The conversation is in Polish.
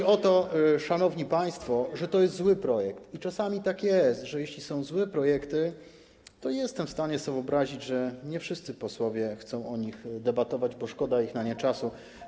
Chodzi o to, szanowni państwo, że to jest zły projekt, i czasami tak jest, że jeśli są złe projekty, to jestem w stanie sobie wyobrazić, że nie wszyscy posłowie chcą o nich debatować, bo szkoda na nie ich czasu.